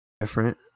Different